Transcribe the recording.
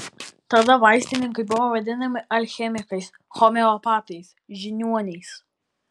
tada vaistininkai buvo vadinami alchemikais homeopatais žiniuoniais